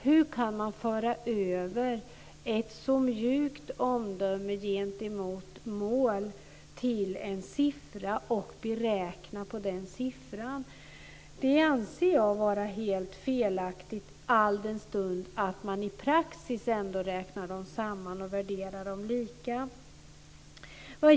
Hur kan man föra över ett så mjukt omdöme gentemot mål till en siffra och beräkna på den siffran? Det anser jag vara helt felaktigt alldenstund man i praxis ändå räknar dem samman och värderar dem lika.